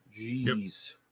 Jeez